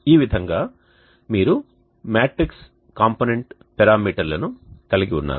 ఈ విధంగా మీరు మ్యాట్రిక్స్ కాంపోనెంట్ పారామీటర్లను కలిగి ఉన్నారు